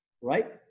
Right